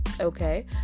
Okay